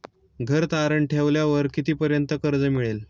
घर तारण ठेवल्यावर कितीपर्यंत कर्ज मिळेल?